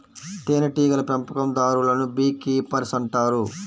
తేనెటీగల పెంపకందారులను bee keepers అంటారు